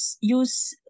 use